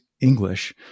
English